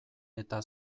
eta